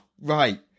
right